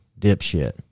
dipshit